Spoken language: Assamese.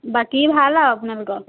বাকী ভাল আৰু আপোনালোকৰ